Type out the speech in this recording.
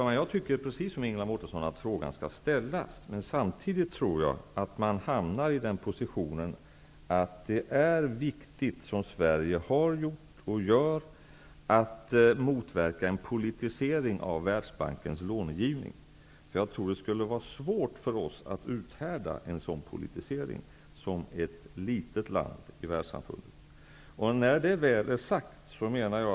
Herr talman! Precis som Ingela Mårtensson tycker jag att frågan skall ställas. Samtidigt är det viktigt att -- som Sverige har gjort och gör -- motverka en politisering av Världsbankens långivning. Det skulle vara svårt för oss som ett litet land i Världssamfundet att uthärda en sådan politisering.